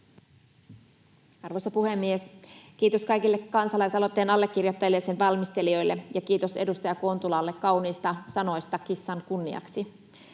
Arvoisa puhemies! Kiitos kaikille kansalaisaloitteen allekirjoittajille ja sen valmistelijoille, ja kiitos edustaja Kontulalle kauniista sanoista kissan kunniaksi.